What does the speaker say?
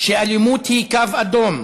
שאלימות היא קו אדום,